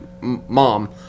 mom